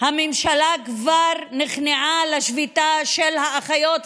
הממשלה כבר נכנעה לשביתה של האחיות,